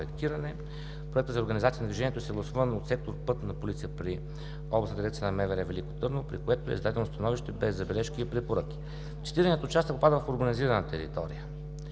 Проектът за организацията на движението е съгласуван от сектор „Пътна полиция“ при Областна дирекция на МВР – Велико Търново, при което е издадено становище без забележки и препоръки. Цитираният участък попада в урбанизирана територия.